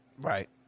Right